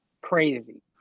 crazy